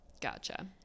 Gotcha